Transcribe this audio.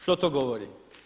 Što to govori?